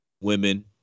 women